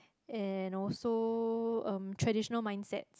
and also um traditional mindset